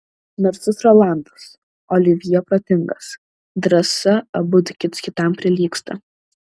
narsus rolandas olivjė protingas drąsa abudu kits kitam prilygsta